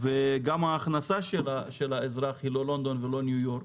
גם ההכנסה של האזרח היא לא לונדון ולא ניו-יורק.